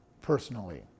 personally